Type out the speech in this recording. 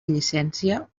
llicència